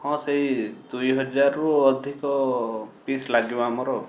ହଁ ସେଇ ଦୁଇହଜାରରୁ ଅଧିକ ପିସ୍ ଲାଗିବ ଆମର ଆଉ